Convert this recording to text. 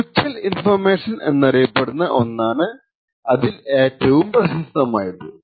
mutual information എന്നറിയപ്പെടുന്ന ഒന്നാണ് അതിൽ ഏറ്റവും പ്രശസ്തമായത്